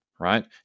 right